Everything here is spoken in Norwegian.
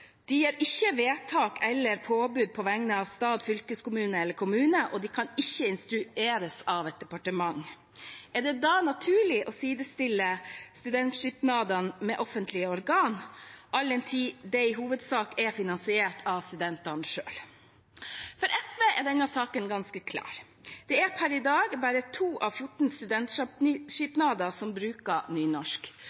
De gjør ikke vedtak eller gir påbud på vegne av stat, fylkeskommune eller kommune, og de kan ikke instrueres av et departement. Er det da naturlig å sidestille studentsamskipnadene med offentlige organ, all den tid de i hovedsak er finansiert av studentene selv? For SV er denne saken ganske klar. Det er per i dag bare to av